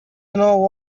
know